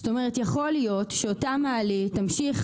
זאת אומרת שיכול להיות שאותה מעלית תמשיך